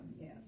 Yes